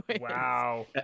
Wow